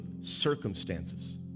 circumstances